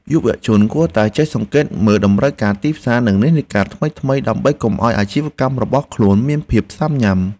យុវជនគួរតែចេះសង្កេតមើលតម្រូវការទីផ្សារនិងនិន្នាការថ្មីៗ ដើម្បីកុំឱ្យអាជីវកម្មរបស់ខ្លួនមានភាពស៊ាំញ៉ាំ។